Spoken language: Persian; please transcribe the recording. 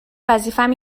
وظیفم